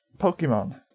Pokemon